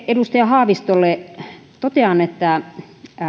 edustaja haavistolle totean että